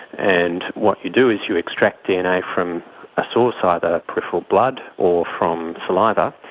and what you do is you extract dna from a source, either peripheral blood or from saliva,